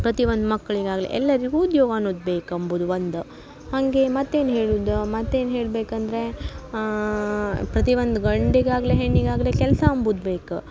ಪ್ರತಿಯೊಂದು ಮಕ್ಕಳಿಗಾಗ್ಲಿ ಎಲ್ಲರಿಗೂ ಉದ್ಯೋಗ ಅನ್ನೂದು ಬೇಕೆಂಬುದು ಒಂದು ಹಾಗೆ ಮತ್ತೇನು ಹೇಳುವುದು ಮತ್ತೇನು ಹೇಳಬೇಕಂದ್ರೆ ಪ್ರತಿಯೊಂದು ಗಂಡಿಗಾಗಲಿ ಹೆಣ್ಣಿಗಾಗಲಿ ಕೆಲಸ ಅಂಬುದು ಬೇಕು